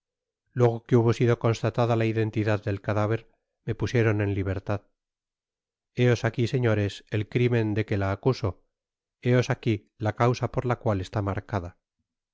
luego que hubo sido constatada la identidad del cadáver ma pusieron en libertad héosaqui señores el crimen de que la acuso héos aqui la causa por la cual está marcada